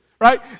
right